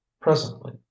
presently